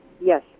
Yes